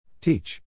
Teach